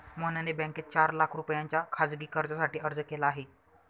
मोहनने बँकेत चार लाख रुपयांच्या खासगी कर्जासाठी अर्ज केला आहे